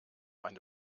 eine